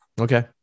Okay